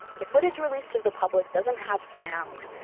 the footage released to the public doesn't have sound,